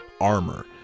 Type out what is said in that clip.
Armor